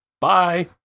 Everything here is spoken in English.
Bye